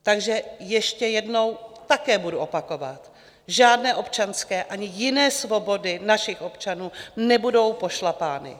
Takže ještě jednou budu opakovat: žádné občanské ani jiné svobody našich občanů nebudou pošlapány.